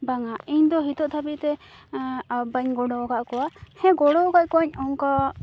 ᱵᱟᱝᱟ ᱤᱧᱫᱚ ᱱᱤᱛᱚᱜ ᱫᱷᱟᱹᱵᱤᱡᱛᱮ ᱵᱟᱧ ᱜᱚᱲ ᱟᱠᱟᱫ ᱠᱚᱣᱟ ᱦᱮᱸ ᱜᱚᱲᱚ ᱟᱠᱟᱫ ᱠᱚᱣᱟᱧ ᱚᱱᱠᱟ